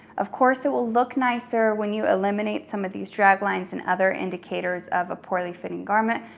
of course, it will look nicer when you eliminate some of these draglines and other indicators of a poorly fitting garment.